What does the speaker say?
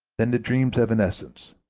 then the dream's evanescence,